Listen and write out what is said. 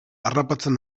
harrapatzen